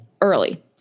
early